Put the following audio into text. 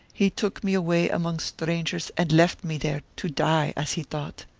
he took me away among strangers and left me there, to die, as he thought.